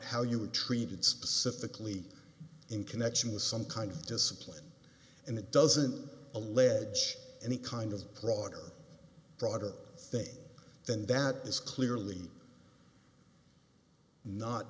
how you were treated specifically in connection with some kind of discipline and it doesn't allege any kind of broader broader things then that is clearly not